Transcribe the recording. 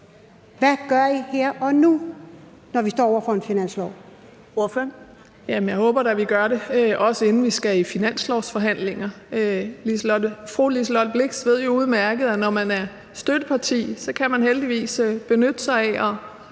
Kl. 13:57 Sofie Carsten Nielsen (RV): Jamen jeg håber da, vi gør det, også inden vi skal i finanslovsforhandlinger. Fru Liselott Blixt ved jo udmærket, at når man er støtteparti, kan man heldigvis benytte sig af at